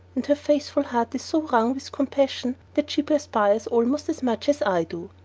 and her faithful heart is so wrung with compassion that she perspires almost as much as i do.